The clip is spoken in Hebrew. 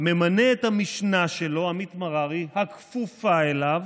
ממנה את המשנה שלו, עמית מררי, הכפופה אליו,